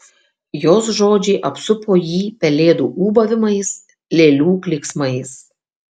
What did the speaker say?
jos žodžiai apsupo jį pelėdų ūbavimais lėlių klyksmais